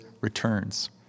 returns